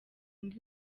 ngo